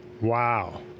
Wow